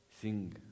Sing